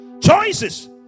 Choices